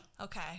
okay